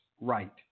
right